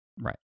Right